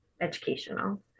educational